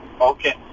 Okay